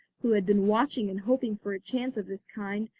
who had been watching and hoping for a chance of this kind,